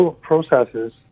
processes